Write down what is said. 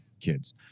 kids